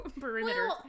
perimeter